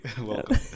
welcome